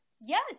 yes